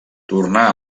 tornà